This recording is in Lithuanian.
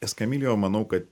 eskamilijo manau kad